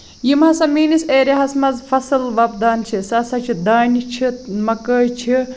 یِم ہسا میٲنس ایریا ہَس منٛز فَصٕل وۄپدان چھُ سُہ سا چھُ دانہِ چھُ مکٲے چھُ بیٚیہِ چھُ